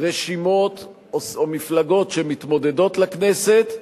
רשימות או מפלגות שמתמודדות לכנסת,